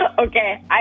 Okay